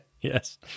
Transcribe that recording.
yes